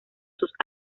sus